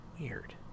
Weird